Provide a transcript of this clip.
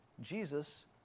Jesus